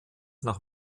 nach